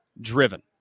Driven